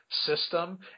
system